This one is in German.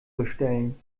bestellen